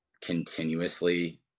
continuously